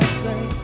say